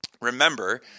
remember